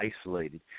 isolated